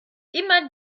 immer